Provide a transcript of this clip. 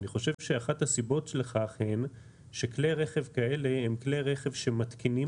אני חושב שאחת הסיבות לכך היא שכלי רכב כאלה הם כלי רכב שמתקינים